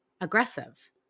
aggressive